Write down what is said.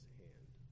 hand